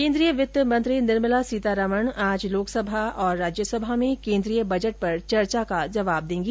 केन्द्रीय वित्त मंत्री निर्मला सीतारमण आज लोकसभा और राज्यसभा में केन्द्रीय बजट पर चर्चा का जवाब देंगी